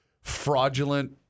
fraudulent